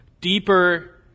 deeper